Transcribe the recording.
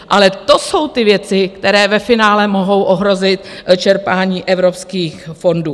Ale to jsou ty věci, které ve finále mohou ohrozit čerpání evropských fondů.